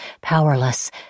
powerless